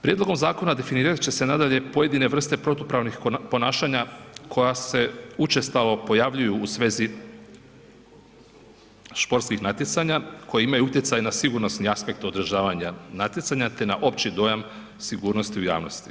Prijedlogom zakona definirat će se nadalje pojedine vrste protupravnih ponašanja koja se učestalo pojavljuju u svezi športskih natjecanja koje imaju utjecaja na sigurnosni aspekt održavanja natjecanja te na opći dojam sigurnosti u javnosti.